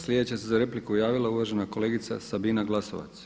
Sljedeća se za repliku javila uvažena kolegica Sabina Glasovac.